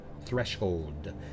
threshold